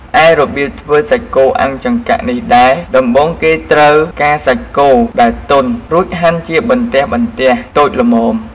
ឯរបៀបធ្វើសាច់់គោអាំងចង្កាក់នេះដែរ ដំបូងគេត្រូវការសាច់គោដែលទន់ រួចហាន់ជាបន្ទះៗតូចល្មម។